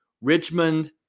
Richmond